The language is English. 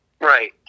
Right